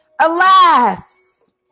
alas